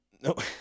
Nope